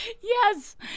Yes